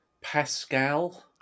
Pascal